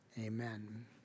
amen